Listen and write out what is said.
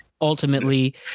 ultimately